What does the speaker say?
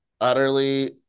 Utterly